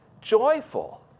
joyful